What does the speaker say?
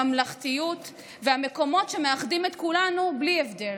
הממלכתיות והמקומות שמאחדים את כולנו בלי הבדל.